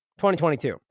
2022